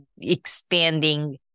expanding